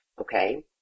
okay